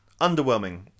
Underwhelming